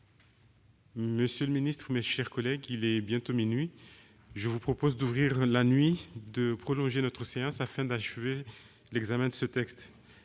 Monsieur le secrétaire d'État, mes chers collègues, il est bientôt minuit. Je vous propose d'ouvrir la nuit et de prolonger notre séance afin d'achever l'examen de ce texte,